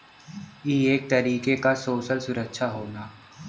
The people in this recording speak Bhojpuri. ई एक तरीके क सोसल सुरक्षा होला